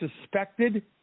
suspected